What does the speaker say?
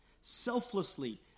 selflessly